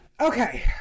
Okay